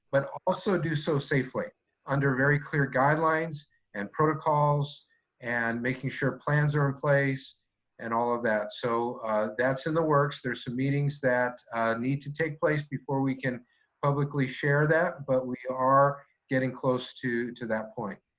but also do so safely under very clear guidelines and protocols and making sure plans are in place and all of that. so that's in the works. there's some meetings that need to take place before we can publicly share that, but we are getting close to to that point.